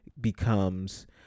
becomes